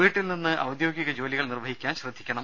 വീട്ടിൽ നിന്ന് ഔദ്യോഗിക ജോലികൾ നിർവഹിക്കാൻ ശ്രദ്ധിക്കണം